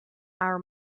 our